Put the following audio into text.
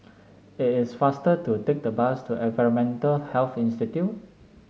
it is faster to take the bus to Environmental Health Institute